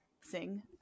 sing